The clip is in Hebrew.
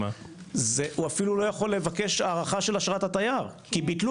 הוא אפילו לא יכול לבקש הארכת אשרת התייר כי ביטלו